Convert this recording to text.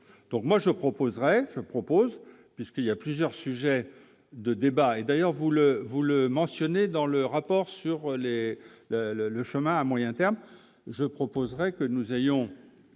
donc moi je proposerai, je propose, puisqu'il y a plusieurs sujets de débat et d'ailleurs vous le vous le mentionnez dans le rapport sur les le le le chemin à moyen terme, je proposerai que nous ayons